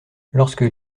lorsque